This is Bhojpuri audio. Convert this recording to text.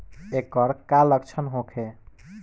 ऐकर का लक्षण होखे?